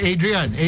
Adrian